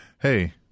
Hey